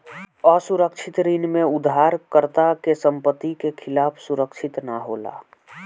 असुरक्षित ऋण में उधारकर्ता के संपत्ति के खिलाफ सुरक्षित ना होला